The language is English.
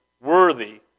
worthy